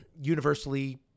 universally